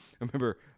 remember